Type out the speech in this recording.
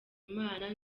imana